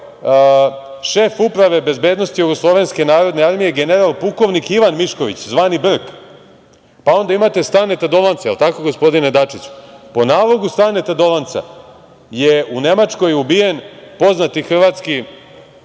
šef Uprave bezbednosti Jugoslovenske narodne armije, general pukovnik Ivan Mišković, zvani Brk. Pa, onda imate i Staneta Dolanca. Da li je tako, gospodine Dačiću? Po nalogu Staneta Dolanca je u Nemačkoj ubijen poznati hrvatski